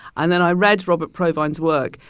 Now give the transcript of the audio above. and then i read robert provine's work.